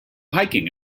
hiking